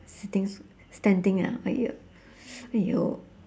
sitting standing ah !aiy~! !aiyo!